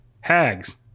Hags